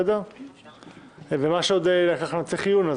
ומה שצריך עיון,